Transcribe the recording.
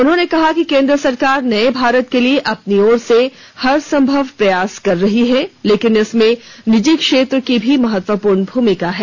उन्होंने कहा कि केंद्र सरकार नए भारत के लिए अपनी ओर से हर संभव प्रयास कर रही है लेकिन इसमें निजी क्षेत्र की भी महत्वपूर्ण भूमिका है